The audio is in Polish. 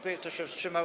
Kto się wstrzymał?